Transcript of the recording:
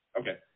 Okay